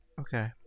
Okay